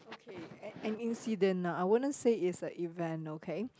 okay an an incident ah I wouldn't say it's a event okay